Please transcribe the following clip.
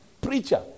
preacher